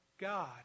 God